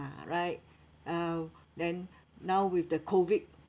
ah right uh then now with the COVID